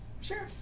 Sure